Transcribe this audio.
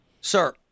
Sir